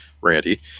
Randy